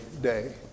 day